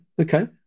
Okay